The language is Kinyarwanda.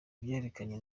byerekeranye